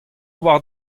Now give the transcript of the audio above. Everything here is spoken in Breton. war